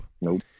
Nope